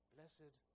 Blessed